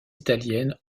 italienne